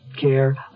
care